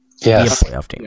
Yes